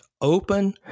Open